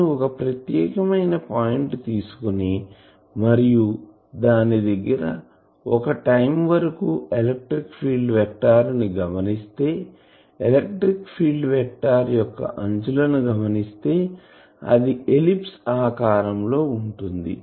నేను ఒక ప్రత్యేకమైన పాయింట్ తీసుకుని మరియు దాని దగ్గర ఒక టైం వరకు ఎలక్ట్రిక్ ఫీల్డ్ వెక్టార్ ని గమనిస్తే ఎలక్ట్రిక్ ఫీల్డ్ వెక్టార్ యొక్క అంచులను గమనిస్తే అది ఎలిప్స్ ఆకారం లో ఉంటుంది